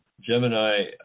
Gemini